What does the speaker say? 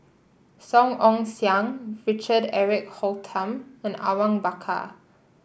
Song Ong Siang Richard Eric Holttum and Awang Bakar